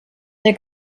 der